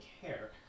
care